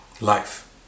life